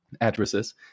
addresses